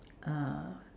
uh